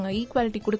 equality